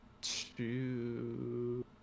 two